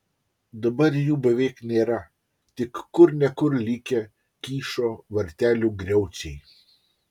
dabar jų beveik nėra tik kur ne kur likę kyšo vartelių griaučiai